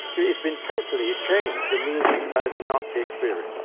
it's been totally changed, the meaning, by the nazi experience